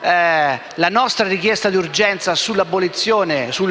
la nostra richiesta di urgenza sul